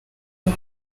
n’u